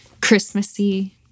Christmassy